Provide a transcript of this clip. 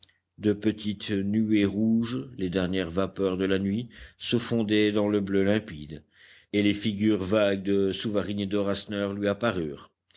de petites nuées rouges les dernières vapeurs de la nuit se fondaient dans le bleu limpide et les figures vagues de souvarine et de rasseneur lui apparurent